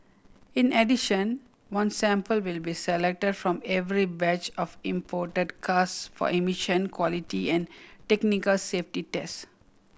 in addition one sample will be selected from every batch of imported cars for emission quality and technical safety test